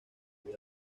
vida